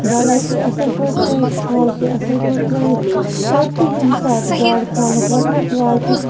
دوا تہِ اَصٕل پٲٹھۍ ترٛٲیِتھ پھل تہِ اَصٕل پٲٹھۍ ترٛٲیِتھ پتہٕ ییٚمہِ ساتہٕ گاڈٕ کھالنُک وقت واتہِ